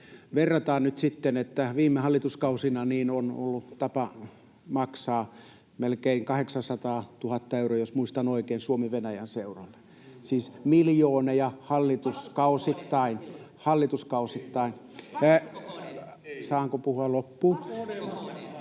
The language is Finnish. Verrataan nyt sitten, että viime hallituskausina on ollut tapa maksaa melkein 800 000 euroa, jos muistan oikein, Suomi-Venäjä-seuralle, siis miljoonia hallituskausittain. [Annika Saarikko: